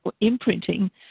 imprinting